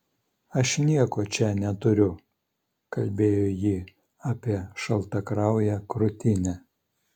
aš nieko čia neturiu kalbėjo ji apie šaltakrauję krūtinę